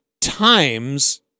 times